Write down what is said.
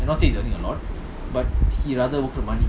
not saying he's earning a lot but he rather work for money